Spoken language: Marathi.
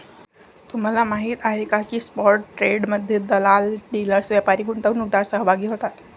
तुम्हाला माहीत आहे का की स्पॉट ट्रेडमध्ये दलाल, डीलर्स, व्यापारी, गुंतवणूकदार सहभागी होतात